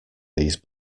these